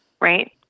right